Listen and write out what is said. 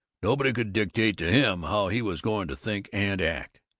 nobody could dictate to him how he was going to think and act!